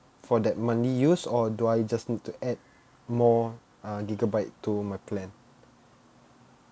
for that monthly use or do I just need to add more uh gigabyte to my plan